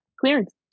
Clearance